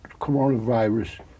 coronavirus